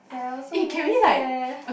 ya I also miss eh